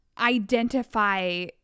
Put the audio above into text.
identify